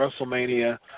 WrestleMania